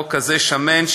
חוק כזה שמן,